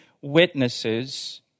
witnesses